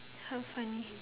how funny